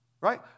Right